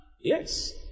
Yes